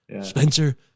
Spencer